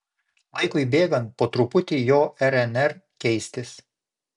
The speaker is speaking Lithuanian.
laikui bėgant po truputį jo rnr keistis